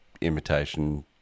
imitation